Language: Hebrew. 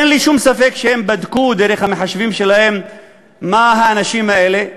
אין לי שום ספק שהם בדקו דרך המחשבים שלהם מה האנשים האלה,